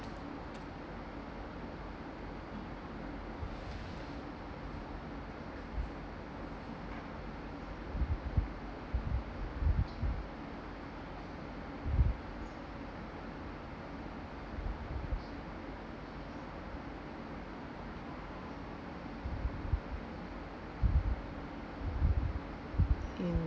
mm